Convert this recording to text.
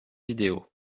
vidéo